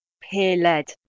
peer-led